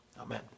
Amen